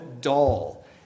dull